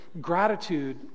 gratitude